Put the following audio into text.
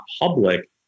public